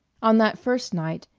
on that first night,